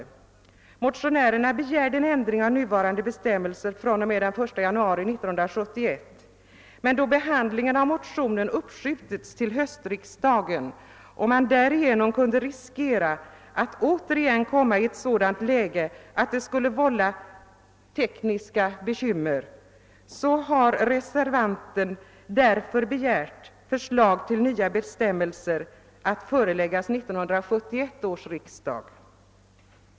Motionärerna begärde en ändring av nuvarande «bestämmelser fr.o.m. den 1 januari 1971. Men då behandlingen av motionen uppskjutits till höstriksdagen och man därigenom kunde riskera att återigen komma i ett sådant läge, att det skulle vålla tekniska bekymmer, har reservanten begärt förslag till nya bestämmelser att föreläggas 1971 års riksdag.